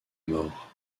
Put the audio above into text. mort